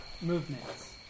movements